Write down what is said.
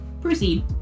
Proceed